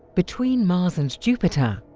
between mars and jupiter,